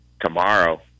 tomorrow